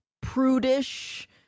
prudish